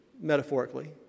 metaphorically